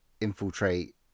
infiltrate